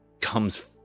comes